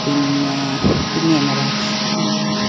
പിന്നെ പിന്നെ എന്നതാണ്